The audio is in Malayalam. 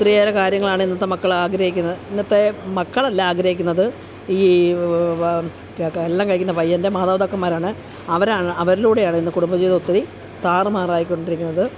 ഒത്തിരിയേറെ കാര്യങ്ങളാണ് ഇന്നത്തെ മക്കൾ ആഗ്രഹിക്കുന്നത് ഇന്നത്തെ മക്കൾ അല്ല ആഗ്രഹിക്കുന്നത് ഈ കല്യാണം കഴിക്കുന്ന പയ്യൻ്റെ മാതാപിതാക്കന്മാരാണ് അവരാ അവരിലൂടെയാണ് ഇന്ന് കുടുംബജീവിതം ഒത്തിരി താറുമാറായിക്കൊണ്ടിരിക്കുന്നത്